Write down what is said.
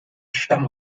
stamm